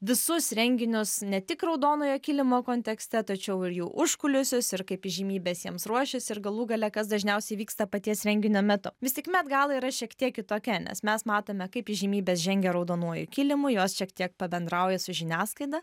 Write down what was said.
visus renginius ne tik raudonojo kilimo kontekste tačiau ir jų užkulisius ir kaip įžymybės jiems ruošiasi ir galų gale kas dažniausiai vyksta paties renginio metu vis tik met gala yra šiek tiek kitokia nes mes matome kaip įžymybės žengia raudonuoju kilimu jos šiek tiek pabendrauja su žiniasklaida